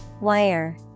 Wire